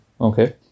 Okay